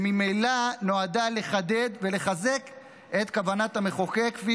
שממילא נועדה לחדד ולחזק את כוונת המחוקק כפי